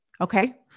Okay